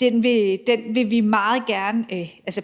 vil vi meget gerne